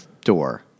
door